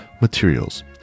materials